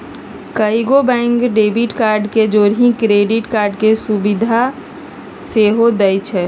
कएगो bank debit card के जौरही क्रेडिट कार्ड के सुभिधा सेहो देइ छै